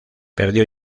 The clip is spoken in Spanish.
perdió